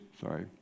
sorry